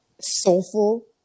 Soulful